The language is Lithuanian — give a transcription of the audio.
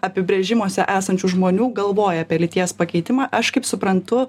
apibrėžimuose esančių žmonių galvoja apie lyties pakeitimą aš kaip suprantu